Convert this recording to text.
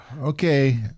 Okay